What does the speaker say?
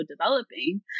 developing